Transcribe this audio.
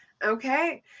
Okay